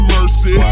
Mercy